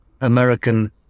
American